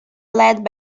led